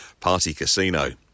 partycasino